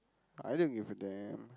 I don't give a damn